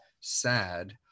sad